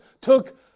took